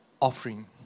offering